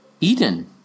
Eden